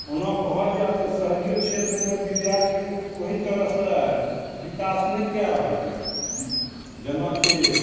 ओना कहल जाइ तऽ शहरियो क्षेत्रमे विद्यार्थी ओहि तरहसँ विकास नहि कए रहल यऽ जेनाकि